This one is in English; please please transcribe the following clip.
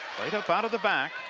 right up out of the back